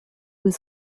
was